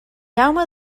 jaume